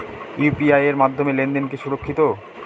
UPI এর মাধ্যমে লেনদেন কি সুরক্ষিত?